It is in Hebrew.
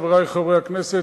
חברי חברי הכנסת,